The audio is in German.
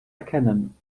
erkennen